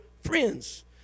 friends